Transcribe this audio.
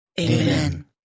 Amen